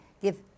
give